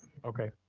okay.